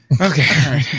okay